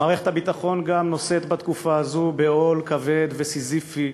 מערכת הביטחון נושאת גם בתקופה הזו בעול כבד וסיזיפי,